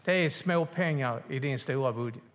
Det är småpengar i din stora budget.